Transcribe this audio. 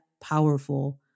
powerful